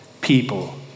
people